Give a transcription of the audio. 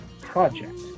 project